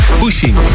pushing